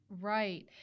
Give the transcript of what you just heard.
Right